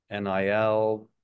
NIL